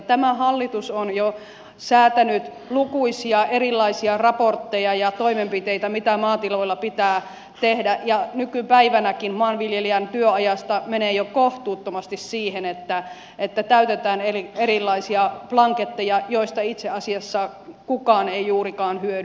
tämä hallitus on jo säätänyt lukuisia erilaisia raportteja ja toimenpiteitä mitä maatiloilla pitää tehdä ja nykypäivänäkin maanviljelijän työajasta menee jo kohtuuttomasti siihen että täytetään erilaisia blanketteja joista itse asiassa kukaan ei juurikaan hyödy